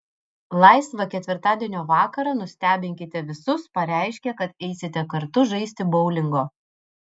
laisvą ketvirtadienio vakarą nustebinkite visus pareiškę kad eisite kartu žaisti boulingo